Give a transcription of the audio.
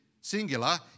singular